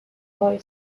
boy